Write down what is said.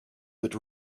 but